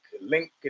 Link